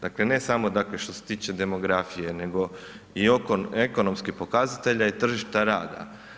Dakle, ne samo dakle što se tiče demografije nego i ekonomskih pokazatelja i tržišta rada.